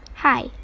Hi